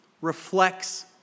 reflects